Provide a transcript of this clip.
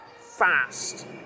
fast